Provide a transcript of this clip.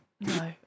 No